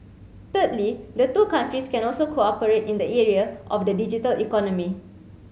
thirdly the two countries can also cooperate in the area of the digital economy